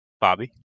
Bobby